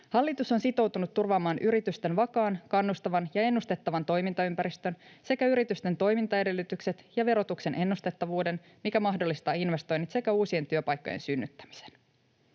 Hallitus on sitoutunut turvaamaan yritysten vakaan, kannustavan ja ennustettavan toimintaympäristön sekä yritysten toimintaedellytykset ja verotuksen ennustettavuuden, mikä mahdollistaa investoinnit sekä uusien työpaikkojen synnyttämisen.